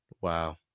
Wow